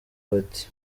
bati